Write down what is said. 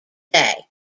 day